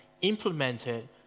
implemented